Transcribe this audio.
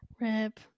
rip